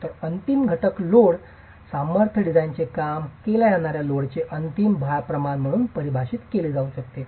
तर अंतिम घटक लोड सामर्थ्य डिझाइनचे काम केल्या जाणाऱ्या लोडचे अंतिम भार प्रमाण म्हणून परिभाषित केले जाऊ शकते